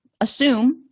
assume